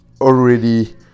already